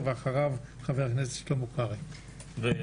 בעיניי.